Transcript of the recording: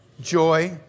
joy